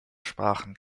sprachen